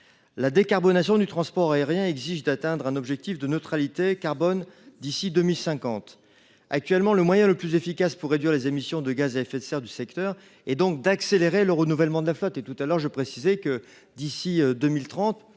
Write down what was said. La décarbonation du transport aérien exige d’atteindre un objectif de neutralité carbone d’ici à 2050. Actuellement, le moyen le plus efficace pour réduire les émissions de gaz à effet de serre du secteur est d’accélérer le renouvellement des flottes. Ainsi, d’ici à 2030,